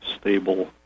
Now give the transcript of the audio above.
stable